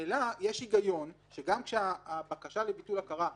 ממילא יש היגיון שגם כשהבקשה לביטול הכרה נכנסת,